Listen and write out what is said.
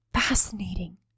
fascinating